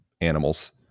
animals